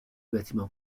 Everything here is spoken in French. bâtiment